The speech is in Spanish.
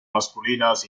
masculinas